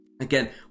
again